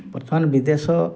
ବର୍ତ୍ତମାନ ବିଦେଶ